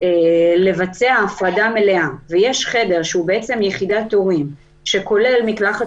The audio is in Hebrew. לבצע הפרדה מלאה ויש חדר שהוא יחידת הורים והוא כולל מקלחת